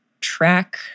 track